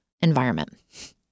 environment